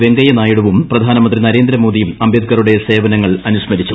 വെങ്കയ്യനായിഡുവും പ്രധാനമന്ത്രി നരേന്ദ്രമോദിയും അംബേദ്കറുടെ സേനവങ്ങൾ അനുസ്മരിച്ചു